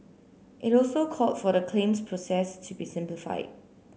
it also called for the claims process to be simplified